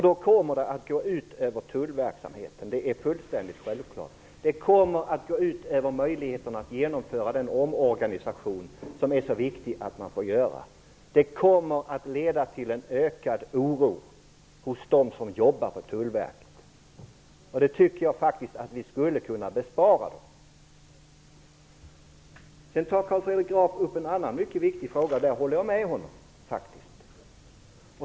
Då kommer det att gå ut över tullverksamheten, det är fullständigt självklart. Det kommer att gå ut över genomförandet av den omorganisation som är så viktig att göra. Det kommer att leda till en ökad oro hos dem som jobbar för Tullverket. Det tycker jag faktiskt att vi skulle kunna bespara dem. Sedan tar Carl Fredrik Graf upp en annan viktig fråga, där jag faktiskt håller med honom.